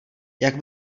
jak